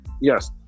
Yes